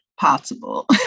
possible